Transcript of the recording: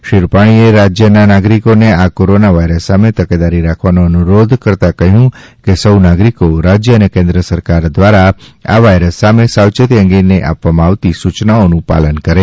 શ્રી રૂપાણીએ રાજ્યના નાગરિકોને આ કોરોના વાયરસ સામે તકેદારી રાખવાનો અનુરોધ કરતા કહ્યું કે સૌ નાગરિકો રાજ્ય અને કેન્દ્ર સરકાર દ્વારા આ વાયરસ સામે સાવચેતી અંગે આપવામાં આવતી સૂયનાઓનું પાલન કરે